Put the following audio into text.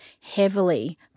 heavily